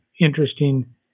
interesting